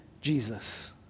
Jesus